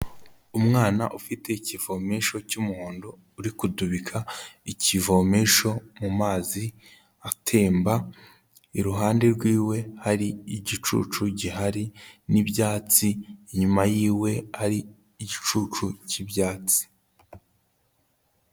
Umwana ufite ikivomesho cy'umuhondo, uri kudubika ikivomesho mu mazi atemba, iruhande rw'iwe hari igicucu gihari n'ibyatsi, inyuma y'iwe hari igicucu cy'ibyatsi.